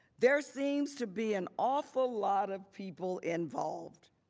there seems to be an awful lot of people involved.